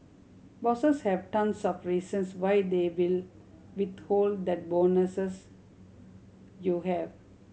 bosses have tons of reasons why they will withhold that you have